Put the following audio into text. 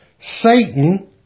Satan